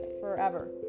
forever